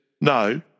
no